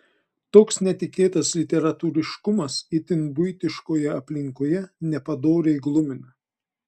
toks netikėtas literatūriškumas itin buitiškoje aplinkoje nepadoriai glumina